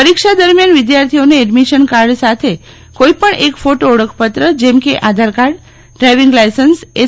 પરીક્ષા દરમિયાન વિદ્યાર્થીઓને એડમિશન કાર્ડ સાથે કોઈપણ એક ફોટો ઓળખપત્ર જેમ કે આધારકાર્ડ ડ્રાઇવિંગ લાયસન્સ એસ